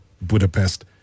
Budapest